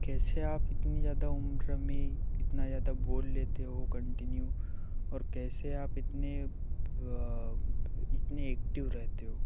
कैसे आप इतनी ज्यादा उम्र में इतना ज्यादा बोल लेते हो कन्टिन्यू और कैसे आप इतने इतने ऐक्टिव रहते हो